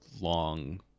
long